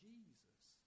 Jesus